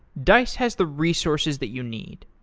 dice has the resources that you need.